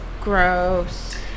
Gross